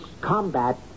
combat